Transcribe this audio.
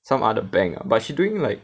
some other bank ah but she doing like